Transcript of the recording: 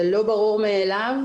זה לא ברור מאליו.